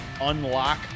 unlock